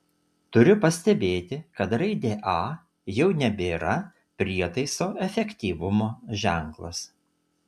turiu pastebėti kad raidė a jau nebėra prietaiso efektyvumo ženklas